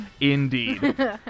indeed